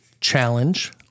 challenge